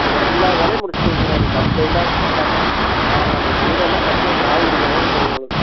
எல்லா வேலையும் முடித்து கொடுத்துருவோம் கம்ப்ளீட்டாக எல்லாமே ஆமாம் நீங்கள் வீடோட கடைசியில் சாவி கொடுக்கறதோட சரி உங்களுக்கு